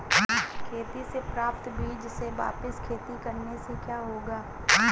खेती से प्राप्त बीज से वापिस खेती करने से क्या होगा?